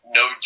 no